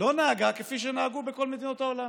לא נהגה כפי שנהגו בכל מדינות העולם,